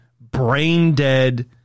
brain-dead